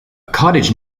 cottage